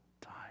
time